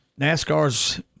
NASCAR's